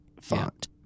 font